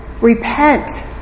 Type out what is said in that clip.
Repent